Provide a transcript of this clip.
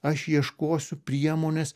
aš ieškosiu priemonės